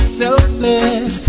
selfless